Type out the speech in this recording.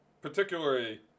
particularly